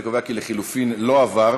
אני קובע כי ההסתייגות לחלופין לא עברה.